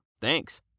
thanks